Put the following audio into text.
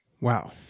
Wow